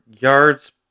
yards